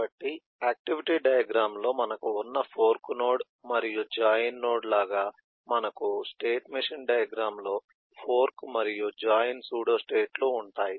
కాబట్టి activity diagram లో మనకు ఉన్న ఫోర్క్ నోడ్ మరియు జాయిన్ నోడ్ లాగా మనకు స్టేట్ మెషిన్ డయాగ్రమ్ లో ఫోర్క్ మరియు జాయిన్ సూడోస్టేట్లు ఉంటాయి